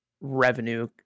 revenue